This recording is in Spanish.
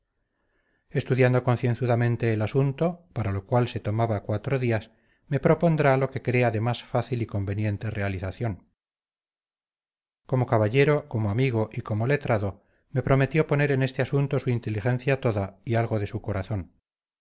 estudiando concienzudamente el asunto para lo cual se tomaba cuatro días me propondrá lo que crea de más fácil y conveniente realización como caballero como amigo y como letrado me prometió poner en este asunto su inteligencia toda y algo de su corazón